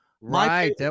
Right